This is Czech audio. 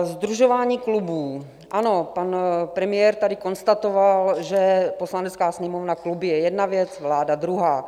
Sdružování klubů ano, pan premiér tady konstatoval, že Poslanecká sněmovna kluby je jedna věc, vláda druhá.